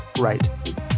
Right